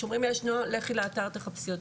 שאומרים יש נוהל לכי לאתר תחפשי אותו.